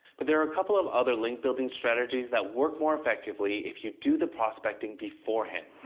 but there are a couple of other link building strategies that work more effectively if you do the prospecting beforehand.